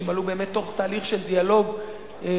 שעלו באמת תוך תהליך של דיאלוג שבמסגרתו